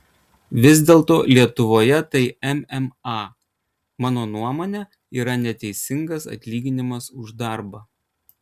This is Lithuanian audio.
vis dėlto lietuvoje tai mma mano nuomone yra neteisingas atlyginimas už darbą